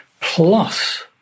plus